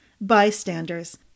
bystanders